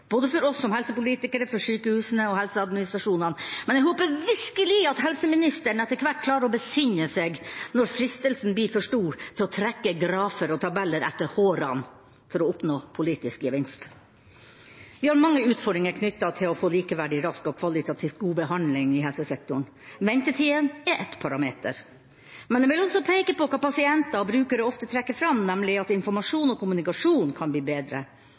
både for oss som helsepolitikere, for sykehusene og helseadministrasjonene. Men jeg håper virkelig helseministeren etter hvert klarer å besinne seg når fristelsen blir for stor til å trekke grafer og tabeller etter hårene for å oppnå politisk gevinst. Vi har mange utfordringer knyttet til å få likeverdig, rask og kvalitativ god behandling i helsesektoren. Ventetidene er én parameter. Men jeg vil også peke på hva pasienter og brukere ofte trekker fram, nemlig at informasjon og kommunikasjon kan bli bedre.